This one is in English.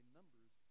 numbers